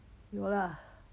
有 lah